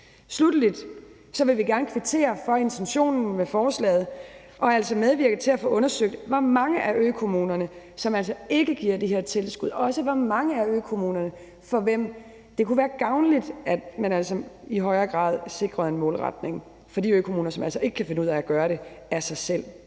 Sluttelig vil vi gerne kvittere for intentionen med forslaget og altså også medvirke til at få undersøgt, hvor mange af økommunerne der ikke giver det her tilskud, og også for hvor mange af økommunerne det kunne være gavnligt, at man i højere grad sikrede en målretning, altså for de økommuner, som ikke kan finde ud af at gøre det af sig selv.